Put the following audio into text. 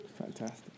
Fantastic